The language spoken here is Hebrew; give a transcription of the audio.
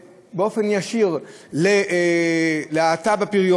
אין שם צנתורי לב.